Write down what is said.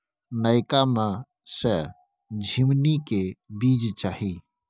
नयका में से झीमनी के बीज चाही?